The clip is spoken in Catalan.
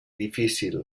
difícil